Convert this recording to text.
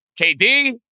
KD